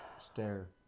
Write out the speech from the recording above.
stare